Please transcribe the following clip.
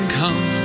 come